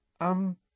Um